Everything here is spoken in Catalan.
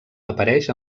apareix